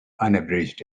unabridged